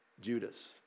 Judas